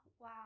wow